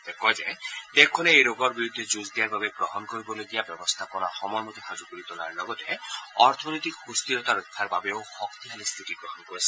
তেওঁ কয় যে দেশখনে এই ৰোগৰ বিৰুদ্ধে যুঁজ দিয়াৰ বাবে গ্ৰহণ কৰিবলগীয়া ব্যৱস্থাপনা সময়মতে সাজু কৰি তোলাৰ লগতে অৰ্থনৈতিক সুস্থিৰতা ৰক্ষাৰ বাবেও শক্তিশালী স্থিতি গ্ৰহণ কৰিছে